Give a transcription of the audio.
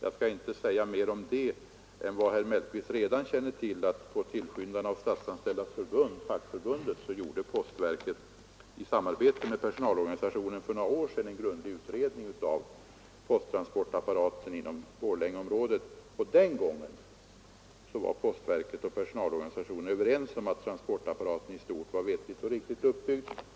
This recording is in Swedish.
Jag skall inte säga mer om det än vad herr Mellqvist redan känner till. På tillskyndan av Statsanställdas förbund — fackförbundet — gjorde postverket i samarbete med personalorganisationen för några år sedan en grundlig utredning av posttransportapparaten inom Borlängeområdet. Den gången var postverket och personalorganisationen ense om att transportapparaten i stort sett var vettigt och riktigt uppbyggd.